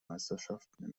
meisterschaften